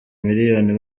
miliyoni